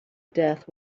death